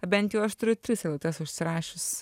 bent jau aš turiu tris eilutes užsirašius